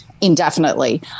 indefinitely